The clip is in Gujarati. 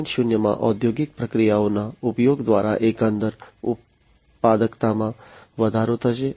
0 માં ઔદ્યોગિક પ્રક્રિયાઓના ઉપયોગ દ્વારા એકંદર ઉત્પાદકતામાં વધારો થશે